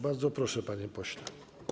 Bardzo proszę, panie pośle.